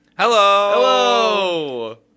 Hello